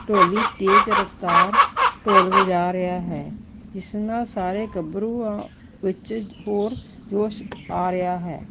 ਢੋਲੀ ਤੇਜ ਰਫਤਾਰ ਢੋਲ ਵਜਾ ਰਿਹਾ ਹੈ ਜਿਸ ਨਾਲ ਸਾਰੇ ਗੱਭਰੂਆ ਵਿੱਚ ਹੋਰ ਜੋਸ਼ ਆ ਰਿਹਾ ਹੈ